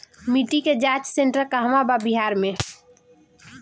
मिटी के जाच सेन्टर कहवा बा बिहार में?